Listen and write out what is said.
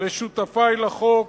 לשותפי לחוק,